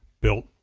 built